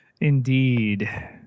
indeed